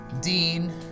Dean